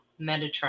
Metatron